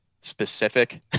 specific